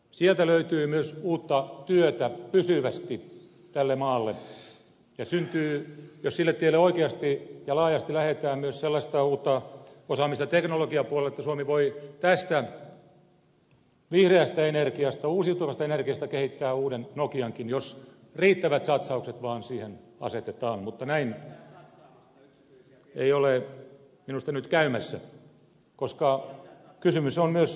sieltä löytyy myös uutta työtä pysyvästi tälle maalle ja syntyy jos sille tielle oikeasti ja laajasti lähdetään myös sellaista uutta osaamista teknologiapuolelle että suomi voi tästä vihreästä energiasta uusiutuvasta energiasta kehittää uuden nokiankin jos riittävät satsaukset vaan siihen asetetaan mutta näin ei ole minusta nyt käymässä koska kysymys on myös valinnasta